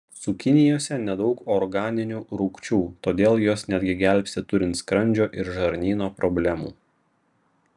cukinijose nedaug organinių rūgčių todėl jos netgi gelbsti turint skrandžio ir žarnyno problemų